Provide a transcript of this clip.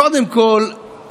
קודם כול,